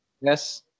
yes